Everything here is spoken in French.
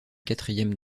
quatrième